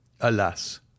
Alas